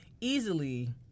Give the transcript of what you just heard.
easily